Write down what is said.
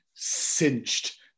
cinched